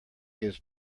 gives